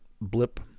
blip